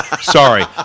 Sorry